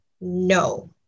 no